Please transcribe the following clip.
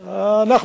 אנחנו,